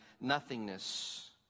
nothingness